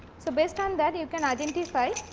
so, based on that you can identify